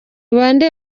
bande